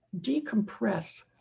decompress